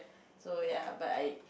so ya but I